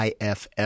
IFF